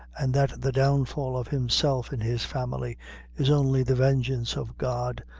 an' that the downfall of himself and his family is only the vengeance of god,